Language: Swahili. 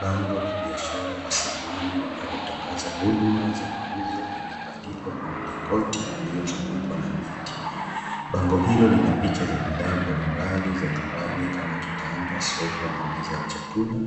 Bango la biashara la zamani linalotangaza huduma za mauzo limebandikwa kwa mlingoti uliozugukwa na miti. Bango hilo lina picha za bidhaa mbalimbali za nyumbani kama kitanda, sofa na meza ya chakula,